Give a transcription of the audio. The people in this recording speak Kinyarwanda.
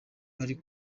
bari